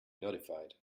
notified